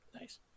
Nice